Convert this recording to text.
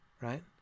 right